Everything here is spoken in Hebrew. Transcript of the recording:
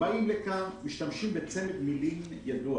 באים לכאן ומשתמשים בצמד מלים ידוע